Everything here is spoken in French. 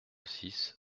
six